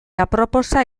aproposa